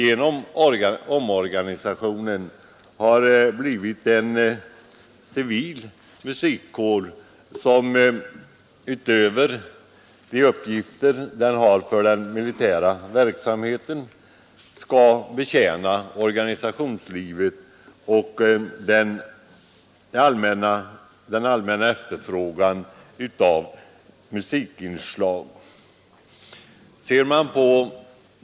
Efter omorganisationen har den nu blivit civil, och utöver de uppgifter musikkåren har för den militära verksamheten skall den nu också betjäna organisationslivet och tillgodose den allmänna efterfrågan på musikinslag.